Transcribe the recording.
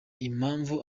impamvu